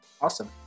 awesome